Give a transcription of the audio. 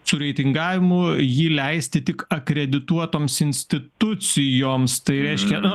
su reitingavimu jį leisti tik akredituotoms institucijoms tai reiškia